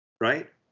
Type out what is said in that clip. right